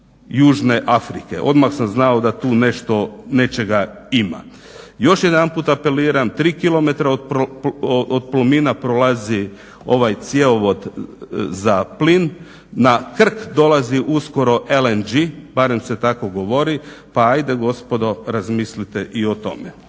Južne Afrike. Odmah sam znao da tu nečega ima. Još jedanput apeliram 3 km od PLOMIN-a prolazi ovaj cjevovod za plin, na Krk dolazi uskoro LNG, barem se tako govori, pa ajde gospodo razmislite i o tome.